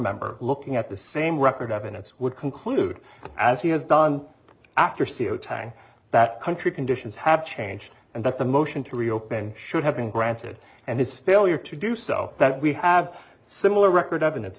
member looking at the same record of minutes would conclude as he has done after c e o tang that country conditions have changed and that the motion to reopen should have been granted and his failure to do so that we have similar record evidence